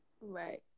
Right